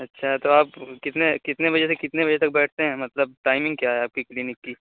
اچھا تو آپ کتنے کتنے بجے سے کتنے بجے تک بیٹھتے ہیں مطلب ٹائمنگ کیا ہے آپ کی کلینک کی